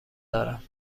دارم